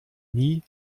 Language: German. nie